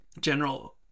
general